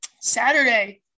Saturday